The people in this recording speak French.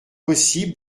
possible